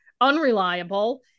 unreliable